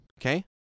Okay